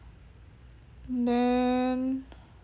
then